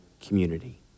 community